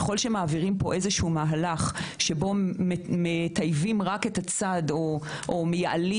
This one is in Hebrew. אם מעבירים פה מהלך שבו מטייבים רק את הצד או מייעלים